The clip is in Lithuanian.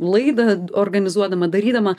laidą organizuodama darydama